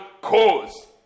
cause